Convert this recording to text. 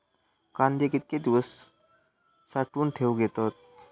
कांदे कितके दिवस साठऊन ठेवक येतत?